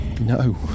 No